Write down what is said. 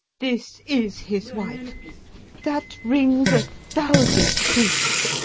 this is his wife that ring's a thousand proofs.